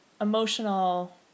emotional